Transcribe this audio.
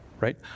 Right